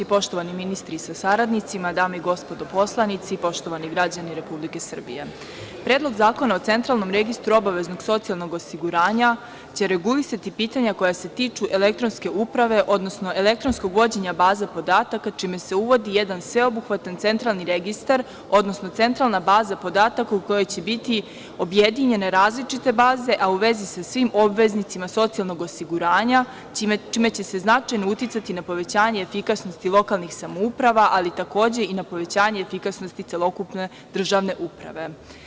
Poštovani ministri sa saradnicima, dame i gospodo narodni poslanici, poštovani građani Republike Srbije, Predlog zakona o centralnom registru obaveznog socijalnog osiguranja će regulisati pitanja koja se tiču elektronske uprave, odnosno elektronskog vođenja baze podataka čime se uvodi jedan sveobuhvatan centralni registar, odnosno centralna baza podataka u kojoj će biti objedinjene različite baze, a u vezi sa svim obveznicima socijalnog osiguranja čime će se značajno uticati na povećanje i efikasnosti lokalnih samouprava, ali takođe i na povećanje efikasnosti celokupne državne uprave.